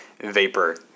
vapor